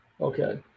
okay